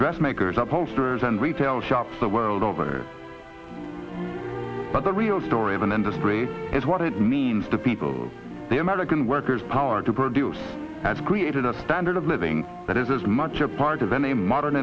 dressmakers upholsterers and retail shops the world over but the real story of an industry is what it means to people the american workers power to produce has created a standard of living that is as much a part of any modern